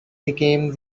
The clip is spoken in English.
became